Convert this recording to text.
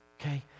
Okay